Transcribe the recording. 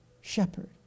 shepherd